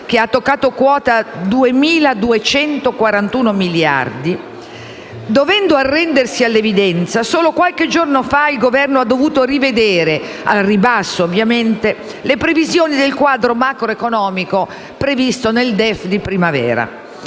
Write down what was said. che ha toccato quota 2.241 miliardi, dovendo arrendersi all'evidenza, solo qualche giorno fa il Governo ha dovuto rivedere al ribasso le previsioni del quadro macroeconomico previsto nel DEF di primavera.